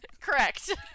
Correct